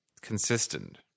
consistent